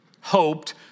hoped